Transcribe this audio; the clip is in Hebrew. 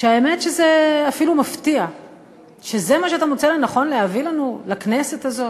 שהאמת שזה אפילו מפתיע שזה מה שאתה מוצא לנכון להביא לנו לכנסת הזאת.